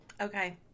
Okay